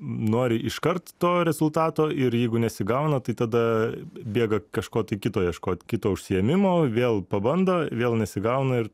nori iškart to rezultato ir jeigu nesigauna tai tada bėga kažko kito ieškot kito užsiėmimo vėl pabando vėl nesigauna ir